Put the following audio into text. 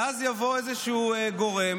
ואז יבוא איזשהו גורם,